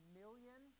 million